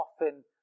often